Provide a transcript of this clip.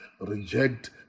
reject